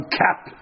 cap